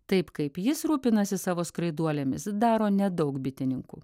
taip kaip jis rūpinasi savo skraiduolėmis daro nedaug bitininkų